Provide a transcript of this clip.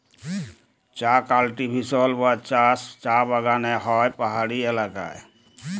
চাঁ কাল্টিভেশল বা চাষ চাঁ বাগালে হ্যয় পাহাড়ি ইলাকায়